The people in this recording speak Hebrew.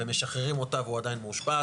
ומשחררים אותה והוא עדיין מאושפז.